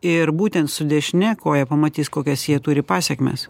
ir būtent su dešine koja pamatys kokias jie turi pasekmes